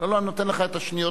אני נותן לך את השניות אחריו.